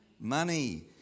Money